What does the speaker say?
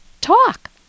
talk